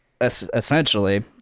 essentially